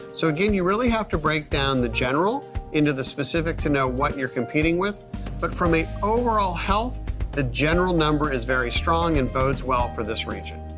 so again you really have to break down the general into the specific to know what you're competing with but from the overall health the general number is very strong and bodes well for this region.